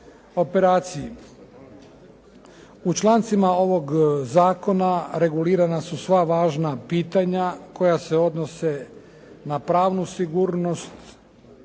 operaciji. U člancima ovog zakona regulirana su sva važna pitanja koja se odnose na pravnu sigurnost,